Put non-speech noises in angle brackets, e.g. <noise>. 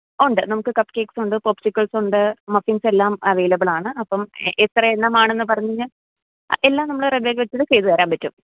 ഉണ്ട് നമുക്ക് cupcakes ഉണ്ട് പോപ്സിക്കിൽസ് ഉണ്ട് മഫ്ഫിൻസ് എല്ലാം അവൈലബിളാണ് അപ്പം എത്ര എണ്ണമാണെന്ന് പറഞ്ഞ് കഴിഞ്ഞാൽ എല്ലാം നമ്മൾ <unintelligible> ചെയ്ത് തരാൻ പറ്റും